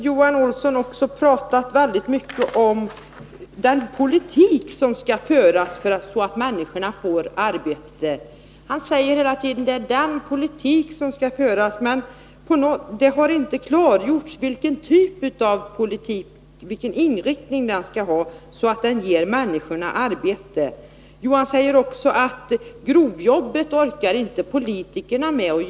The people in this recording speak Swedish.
Johan Olsson talade hela tiden om den politik som skall föras för att människorna skall få arbete, men det har inte klargjorts vilken inriktning denna politik skall ha för att ge människorna arbete. Politikerna orkar inte med att göra grovjobbet, sade Johan Olsson.